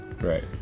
right